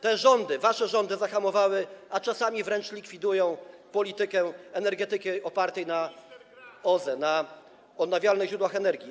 Te rządy, wasze rządy zahamowały, a czasami wręcz likwidują politykę energetyki opartej na OZE, na odnawialnych źródłach energii.